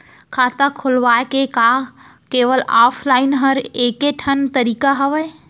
खाता खोलवाय के का केवल ऑफलाइन हर ऐकेठन तरीका हवय?